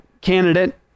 candidate